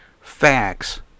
facts